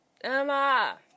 Emma